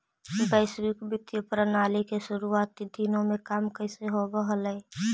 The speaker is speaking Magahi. वैश्विक वित्तीय प्रणाली के शुरुआती दिनों में काम कैसे होवअ हलइ